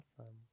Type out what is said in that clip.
awesome